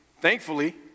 Thankfully